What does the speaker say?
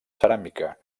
ceràmica